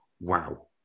wow